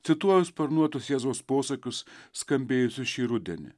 cituoju sparnuotus jėzaus posakius skambėjusius šį rudenį